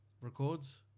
records